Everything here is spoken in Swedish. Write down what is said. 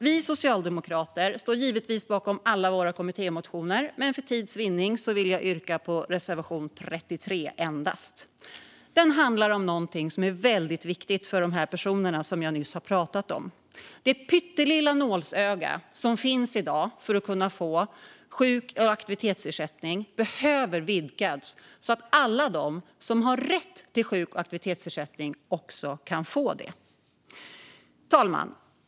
Vi socialdemokrater står givetvis bakom alla våra kommittémotioner, men för tids vinnande yrkar jag bifall till endast reservation 33. Reservationen handlar om något som är mycket viktigt för de personer jag nyss nämnde. Det pyttelilla nålsöga som finns i dag för att få sjuk och aktivitetsersättning behöver vidgas så att alla de som har rätt till denna ersättning också kan få den. Herr talman!